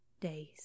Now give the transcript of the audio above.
days